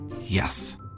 Yes